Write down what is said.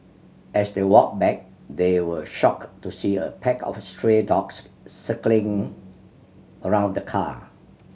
as they walked back they were shocked to see a pack of stray dogs circling around the car